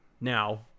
now